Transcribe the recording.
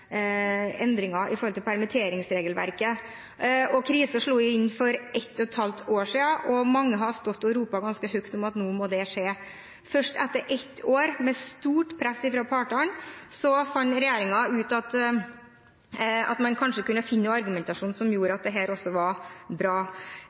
endringer i permitteringsregelverket. Krisen slo inn for ett og et halvt år siden, og mange har stått og ropt ganske høyt om at nå må det skje. Først etter ett år med stort press fra partene fant regjeringen ut at man kanskje kunne finne noe argumentasjon